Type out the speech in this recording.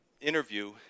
interview